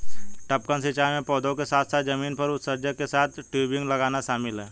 टपकन सिंचाई में पौधों के साथ साथ जमीन पर उत्सर्जक के साथ टयूबिंग लगाना शामिल है